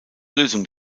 lösung